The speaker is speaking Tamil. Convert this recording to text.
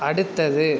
அடுத்தது